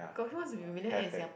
have have